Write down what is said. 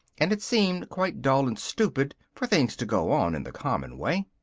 and it seemed quite dull and stupid for things to go on in the common way.